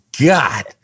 God